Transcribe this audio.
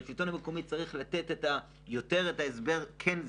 השלטון המקומי צריך לתת יותר הסבר כן,